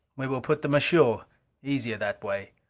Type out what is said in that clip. we will put them ashore easier that way.